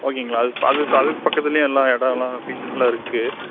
ஓகேங்களா அதுக்கு அது அதுக்கு பக்கத்துலேயே எல்லா இடல்லாம் ஃப்யூச்சர்ஸ்லாம் இருக்குது